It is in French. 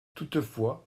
toutefois